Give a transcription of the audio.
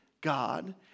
God